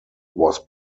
was